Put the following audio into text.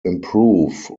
improve